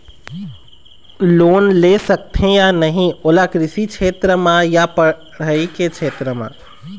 Loan ले सकथे या नहीं ओला कृषि क्षेत्र मा या पढ़ई के क्षेत्र मा?